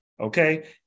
okay